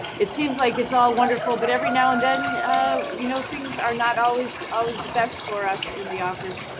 it seems like it's all wonderful, but every now and then you know things are not always always the best for us in the office.